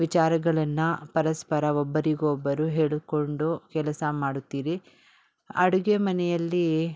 ವಿಚಾರಗಳನ್ನ ಪರಸ್ಪರ ಒಬ್ಬರಿಗೊಬ್ಬರು ಹೇಳಿಕೊಂಡು ಕೆಲಸ ಮಾಡುತ್ತೀರಿ ಅಡುಗೆ ಮನೆಯಲ್ಲಿ